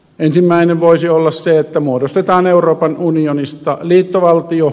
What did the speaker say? ensimmäinen voisi olla se että muodostetaan euroopan unionista liittovaltio